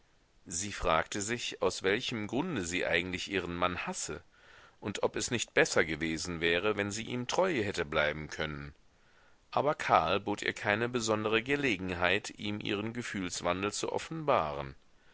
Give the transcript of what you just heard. sie fragte sich aus welchem grunde sie eigentlich ihren mann hasse und ob es nicht besser gewesen wäre wenn sie ihm treu hätte bleiben können aber karl bot ihr keine besondere gelegenheit ihm ihren gefühlswandel zu offenbaren